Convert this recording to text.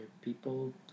people